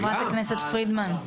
חברת הכנסת פרידמן.